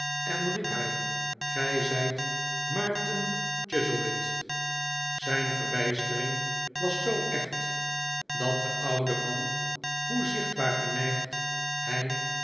en riep hij gij zijt maarten chuzzlewit zijn verbijstering was zoo echt dat de oude man hoe zichtbaar geneigd hij